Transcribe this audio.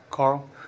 Carl